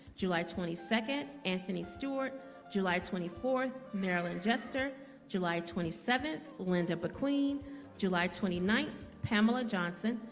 july twenty second anthony stewart july twenty fourth marilyn gesture july twenty seventh linda between july twenty ninth pamela johnson,